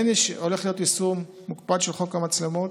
כן הולך להיות יישום מוקפד של חוק המצלמות,